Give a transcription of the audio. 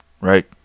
Right